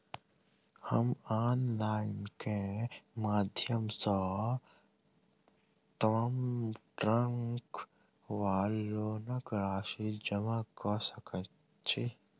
हम ऑनलाइन केँ माध्यम सँ ऋणक वा लोनक राशि जमा कऽ सकैत छी?